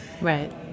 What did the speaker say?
right